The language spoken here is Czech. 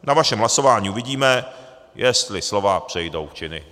Na vašem hlasování uvidíme, jestli slova přejdou v činy.